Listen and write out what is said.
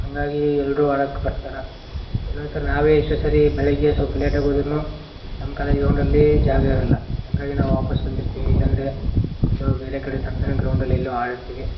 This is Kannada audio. ಹಾಗಾಗಿ ಎಲ್ಲರೂ ಆಡೋಕೆ ಬರ್ತಾರೆ ಕೆಲವೊಂದು ಸರಿ ನಾವೇ ಎಷ್ಟೊ ಸರಿ ಬೆಳಗ್ಗೆ ಸ್ವಲ್ಪ ಲೇಟಾಗಿ ಹೋದ್ರುನೂ ನಮ್ಮ ಕಾಲೇಜ್ ಗ್ರೌಂಡಲ್ಲಿ ಜಾಗ ಇರೋಲ್ಲ ಹಾಗಾಗಿ ನಾವು ವಾಪಸ್ ಬಂದಿರ್ತೀವಿ ಇಲ್ಲಾಂದರೆ ಎಲ್ಲೋ ಬೇರೆ ಕಡೆ ಸಣ್ಣ ಸಣ್ಣ ಗ್ರೌಂಡಲ್ಲಿ ಎಲ್ಲಿಯೋ ಆಡಿರ್ತೀವಿ